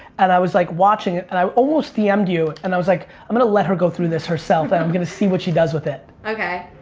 and i was like watching it. and i almost dm'd you. and i was like i'm gonna let her go through this herself and i'm gonna see what she does with it. okay.